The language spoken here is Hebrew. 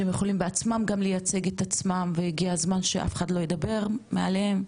שהם יכולים בעצמם גם לייצג את עצמם והגיע זמן שאף אחד לא יידבר מעליהם,